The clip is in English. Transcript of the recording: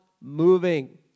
moving